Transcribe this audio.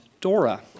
Dora